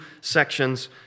sections